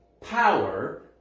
power